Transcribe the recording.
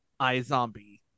iZombie